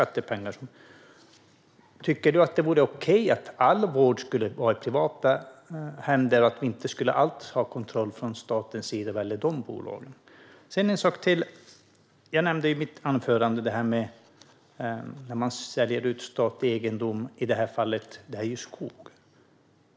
Tycker du att all vård ska vara i privata händer och att staten inte ska ha någon kontroll alls vad gäller dessa bolag? I mitt anförande nämnde jag detta med att sälja ut statlig egendom, i detta fall skog.